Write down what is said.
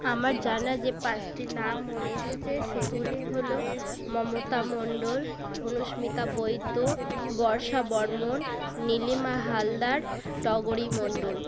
আমার জানা যে পাঁচটি নাম মনে এসেছে সেগুলি হলো মমতা মন্ডল অনুস্মিতা বৈদ্য বর্ষা বর্মণ নীলিমা হালদার টগরী মন্ডল